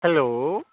hello